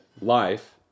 life